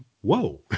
Whoa